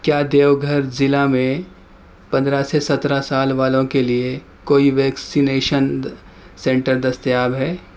کیا دیوگھر ضلع میں پندرہ سے سترہ سال والوں کے لیے کوئی ویکسینیشند سینٹر دستیاب ہے